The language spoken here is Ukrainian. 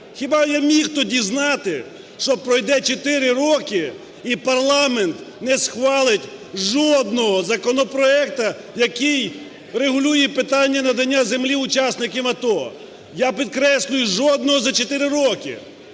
Хіба я міг тоді знати, що пройде 4 роки, і парламент не схвалить жодного законопроекту, який регулює питання надання землі учасникам АТО. Я підкреслюю, жодного за 4 роки.